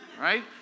right